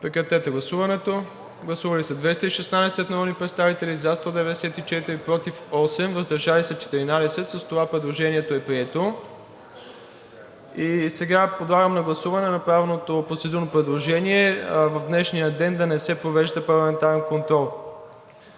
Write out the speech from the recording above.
излъчено по БНР. Гласували 216 народни представители: за 194, против 8, въздържали се 14. С това предложението е прието. Сега подлагам на гласуване направеното процедурно предложение в днешния ден да не се провежда парламентарен контрол.